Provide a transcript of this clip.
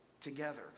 together